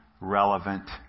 relevant